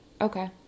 Okay